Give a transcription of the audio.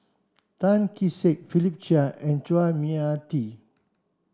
Tan Kee Sek Philip Chia and Chua Mia Tee